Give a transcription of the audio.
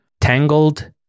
Tangled